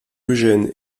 eugène